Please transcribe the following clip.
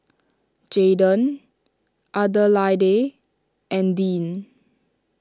Jaden Adelaide and Deane